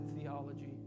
theology